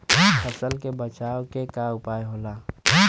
फसल के बचाव के उपाय का होला?